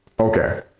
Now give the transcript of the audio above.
okay,